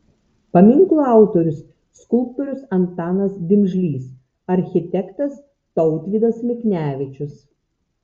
paminklo autorius skulptorius antanas dimžlys architektas tautvydas miknevičius